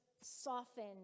softened